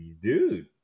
Dude